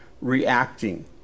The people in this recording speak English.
reacting